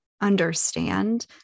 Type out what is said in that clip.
understand